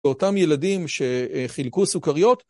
ואותם ילדים שחילקו סוכריות.